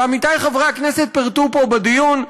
ועמיתי חברי הכנסת פירטו פה בדיון,